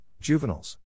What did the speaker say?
Juveniles